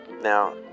Now